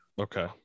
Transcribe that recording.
Okay